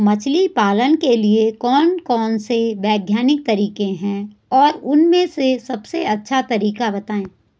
मछली पालन के लिए कौन कौन से वैज्ञानिक तरीके हैं और उन में से सबसे अच्छा तरीका बतायें?